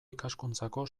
ikaskuntzako